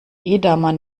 edamer